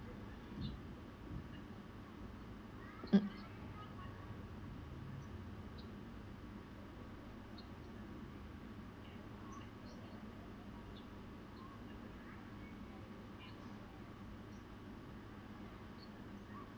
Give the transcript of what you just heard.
mm